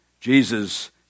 Jesus